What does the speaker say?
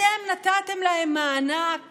אתם נתתם להם מענק